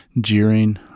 jeering